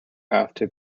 after